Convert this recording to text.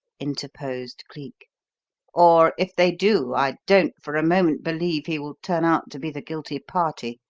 interposed cleek or, if they do, i don't for a moment believe he will turn out to be the guilty party.